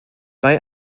bei